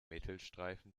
mittelstreifen